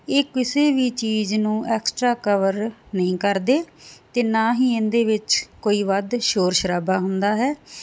ਇਹ ਕਿਸੇ ਵੀ ਚੀਜ਼ ਨੂੰ ਐਕਸਟਰਾ ਕਵਰ ਨਹੀਂ ਕਰਦੇ ਤੇ ਨਾ ਹੀ ਇਹਦੇ ਵਿੱਚ ਕੋਈ ਵੱਧ ਸ਼ੋਰ ਸ਼ਰਾਬਾ ਹੁੰਦਾ ਹੈ